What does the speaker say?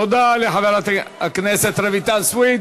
תודה לחברת הכנסת רויטל סויד.